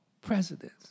presidents